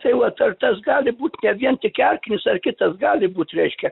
tai vat ar tas gali būt ne vien tik erkinis ar kitas gali būt reiškia